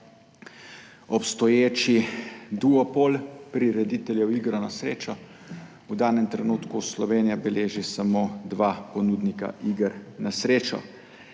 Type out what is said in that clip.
obstoječi duopol prirediteljev iger na srečo. V danem trenutku Slovenija beleži samo dva ponudnika iger na srečo.